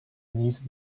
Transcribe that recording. niece